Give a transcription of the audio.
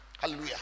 Hallelujah